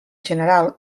general